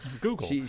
Google